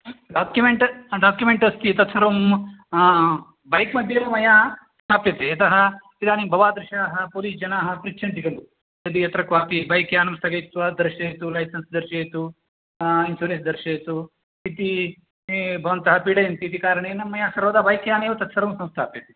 document document अस्ति तत्सर्वं बैक्मध्ये एव मया स्थाप्यते यतः इदानीं भवादृशाः पोलिस्जनाः पृच्छन्ति खलु यदि यत्र क्वापि बैक्यानं स्थगयित्वा दर्शयतु लैसन्स् दर्शयतु इन्शुरन्स् दर्शयतु इति भवन्तः पीडयन्ति इति कारणेन मया सर्वदा बैक्याने एव तत्सर्वं संस्थाप्यते